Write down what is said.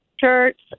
shirts